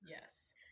Yes